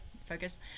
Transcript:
focus